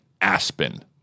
Aspen